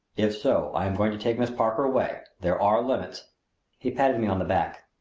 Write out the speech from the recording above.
if so i am going to take miss parker away. there are limits he patted me on the back.